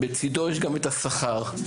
יש גם את השכר.